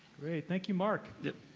thank you mark.